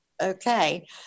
Okay